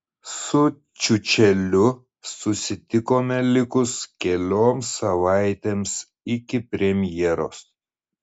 su čiučeliu susitikome likus kelioms savaitėms iki premjeros